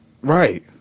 right